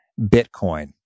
Bitcoin